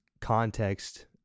context